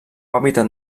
hàbitat